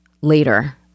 later